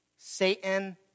Satan